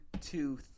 two